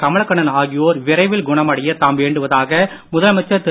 கமலகண்ணன் ஆகியோர் விரைவில் குணமடைய தாம் வேண்டுவதாக முதலமைச்சர் திரு